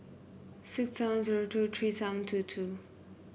six seven zero two three seven two two